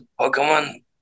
Pokemon